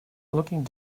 looking